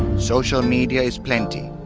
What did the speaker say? social media is plenty,